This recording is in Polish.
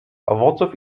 owoców